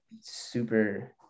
super